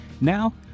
Now